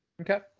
Okay